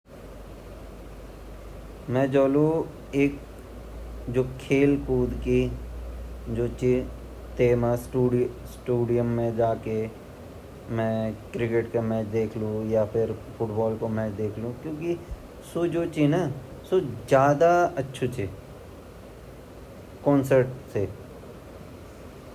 मी वन ता स्पोर्ट्स भी ठीक ची ार संगीत भी ठिक ची ता मैं अपरा स्वास्त्य हिसाब से देखोलू की मैं संगीत सम्हारो मा जांड ज़्यादा पसंद करोलु किलेकी अगर मै अपरा मन ते स्वास्त्य राखोलू ता मैं अपरा शरीर ते भी ज़रूर राखोलू ता येगा वैन मी संगीत ते चूज़े करोलु।